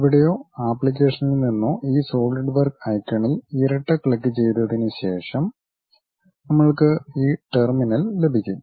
ഇവിടെയോ ആപ്ലിക്കേഷനിൽ നിന്നോ ഈ സോളിഡ് വർക്ക് ഐക്കണിൽ ഇരട്ട ക്ലിക്കു ചെയ്തതിനുശേഷം നമ്മൾക്ക് ഈ ടെർമിനൽ ലഭിക്കും